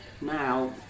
Now